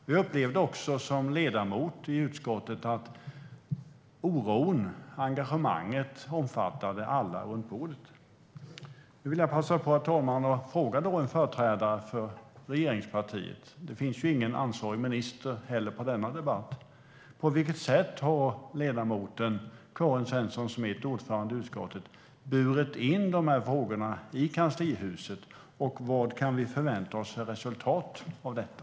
Jag upplevde också som ledamot i utskottet att oron och engagemanget omfattade alla runt bordet. Herr talman! Nu vill jag passa på att fråga en företrädare för regeringspartierna. Det finns heller ingen ansvarig minister i denna debatt. På vilket sätt har ledamoten Karin Svensson Smith, ordförande i utskottet, burit in frågorna i kanslihuset, och vad kan vi förvänta oss för resultat av detta?